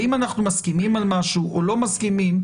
האם אנחנו מסכימים על משהו או לא מסכימים,